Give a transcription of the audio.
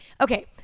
okay